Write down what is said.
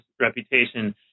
reputation